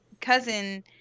cousin